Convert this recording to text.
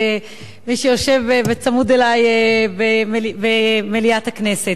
מי שיושב צמוד אלי במליאת הכנסת.